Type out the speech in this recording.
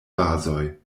bazoj